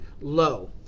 low